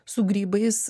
su grybais